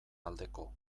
aldeko